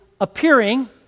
appearing